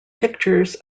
pictures